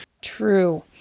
True